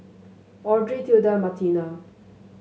Audrey Tilda Martina